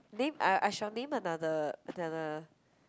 name I I shall name another another